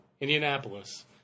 Indianapolis